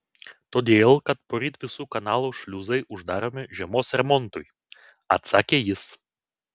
todėl kad poryt visų kanalų šliuzai uždaromi žiemos remontui atsakė jis